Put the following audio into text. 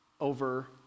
over